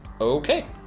okay